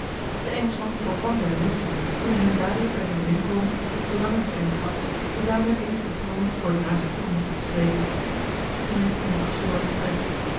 de engelschman voorkwam zijne wenschen toen hij hem dadelijk bij zijn binnenkomen het verlangen te kennen gaf gezamenlijk eens de plannen voor de naaste toekomst te bespreken ze gingen in een afzonderlijk vertrekje